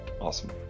Awesome